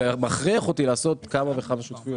זה מכריח אותי לעשות כמה וכמה שותפויות,